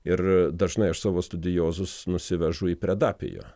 ir dažnai aš savo studijozus nusivežu į predapijo